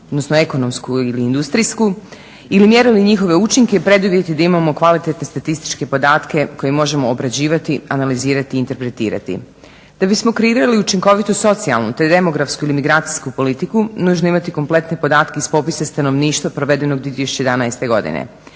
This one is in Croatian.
odnosno ekonomsku ili industrijsku ili mjerili njihove učinke preduvjet da imamo kvalitetne statističke podatke koje možemo obrađivati, analizirati i interpretirati. Da bismo kreirali učinkovitu i socijalnu te demografsku ili migracijsku politiku nužno je imati kompletne podatke iz popisa stanovništva provedenog 2011.godine.